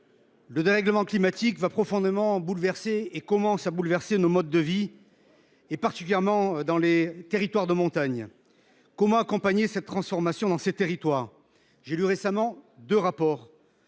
le dérèglement climatique va profondément bouleverser – cela commence déjà – nos modes de vie, particulièrement dans les territoires de montagne. Comment accompagner la transformation dans ces territoires ? J’ai lu récemment deux rapports.